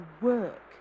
work